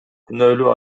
күнөөлүү